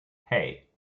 hey